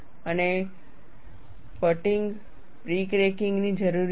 અને fatigue pre cracking ની જરૂરિયાતો